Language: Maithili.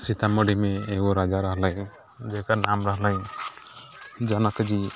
सीतामढ़ीमे एगो राजा रहलै जेकर नाम रहलै जनक जी